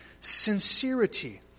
sincerity